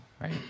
Right